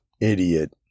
idiot